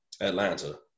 Atlanta